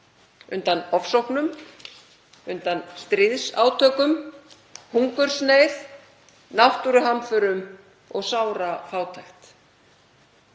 undan ofsóknum, undan stríðsátökum, hungursneyð, náttúruhamförum og sárafátækt.